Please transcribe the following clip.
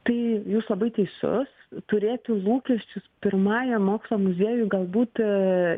tai jūs labai teisus turėti lūkesčius pirmajam mokslo muziejui galbūt